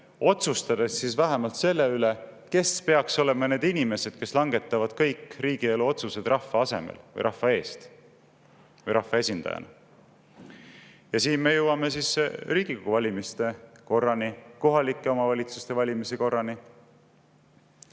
otsustades vähemalt selle üle, kes peaks olema need inimesed, kes langetavad kõik riigielu otsused rahva asemel või rahva eest või rahva esindajana. Siin me jõuame Riigikogu valimiste korrani ja kohalike omavalitsuste [volikogude]